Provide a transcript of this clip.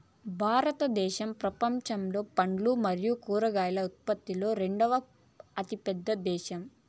భారతదేశం ప్రపంచంలో పండ్లు మరియు కూరగాయల ఉత్పత్తిలో రెండవ అతిపెద్ద దేశం